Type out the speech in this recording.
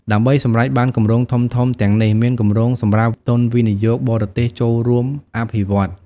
ដើម្បីសម្រេចបានគម្រោងធំៗទាំងនេះ មានគម្រោងសម្រាប់ទុនវិនិយោគបរទេសចូលរួមអភិវឌ្ឍន៍។